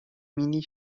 مینی